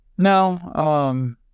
No